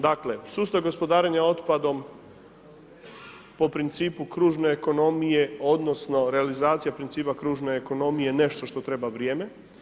Dakle, sustav gospodarenja otpadom po principu kružne ekonomije, odnosno realizacija principa kružne ekonomije je nešto što treba vrijeme.